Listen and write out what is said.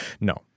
No